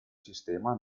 sistema